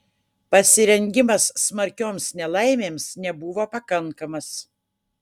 pasirengimas smarkioms nelaimėms nebuvo pakankamas